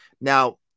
Now